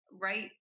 right